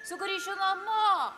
sugrįšiu namo